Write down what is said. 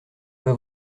pas